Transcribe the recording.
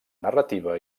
narrativa